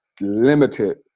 limited